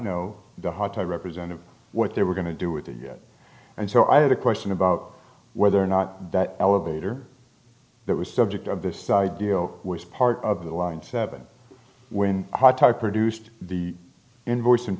know the how to represent what they were going to do with it and so i had a question about whether or not that elevator that was subject of this idea was part of the line seven when i talk produced the invoice and